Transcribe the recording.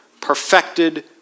perfected